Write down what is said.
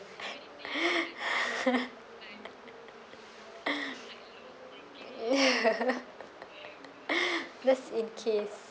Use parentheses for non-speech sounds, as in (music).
(laughs) (laughs) just in case